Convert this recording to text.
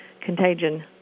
contagion